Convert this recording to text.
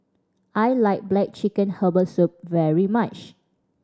I like black chicken herbal soup very much